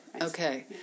okay